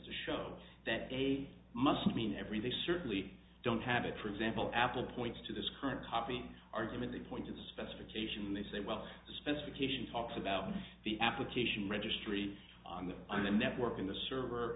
to show that they must mean every they certainly don't have it for example apple points to this current copy argument they point to the specification they say well the specification talks about the application registry on the network in the server